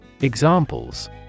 Examples